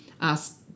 ask